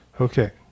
Okay